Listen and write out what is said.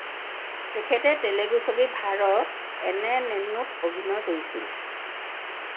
তেখেতে তেলেগু ছবি ভাৰত এনে নেনুত অভিনয় কৰিছিল